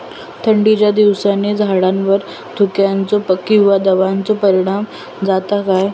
थंडीच्या दिवसानी झाडावरती धुक्याचे किंवा दवाचो परिणाम जाता काय?